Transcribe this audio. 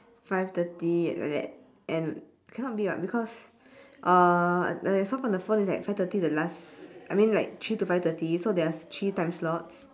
five thirty ya like that and cannot be [what] because uh when I saw on the phone it's like five thirty the last I mean like three to five thirty so there's three time slots